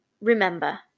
remember